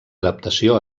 adaptació